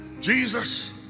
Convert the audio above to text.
Jesus